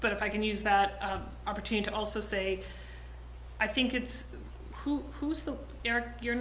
but if i can use that opportunity to also say i think it's who who's the you're